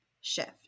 shift